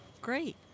great